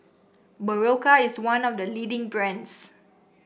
Berocca is one of the leading brands